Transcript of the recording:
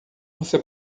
você